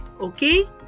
okay